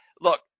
Look